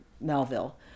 Melville